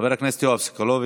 חבר הכנסת יואב סגלוביץ',